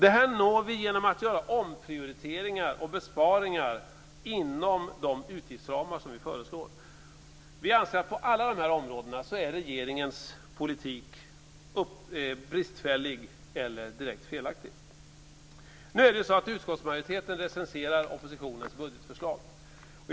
Detta når vi genom att göra omprioriteringar och besparingar inom de utgiftsramar som vi föreslår. Vi anser att regeringens politik på alla de här områdena är bristfällig eller direkt felaktig. Utskottsmajoriteten recenserar oppositionens budgetförslag.